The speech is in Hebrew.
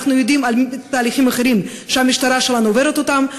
אנחנו יודעים על תהליכים אחרים שהמשטרה שלנו עוברת אותם,